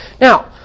Now